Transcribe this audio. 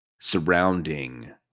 surrounding